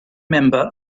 member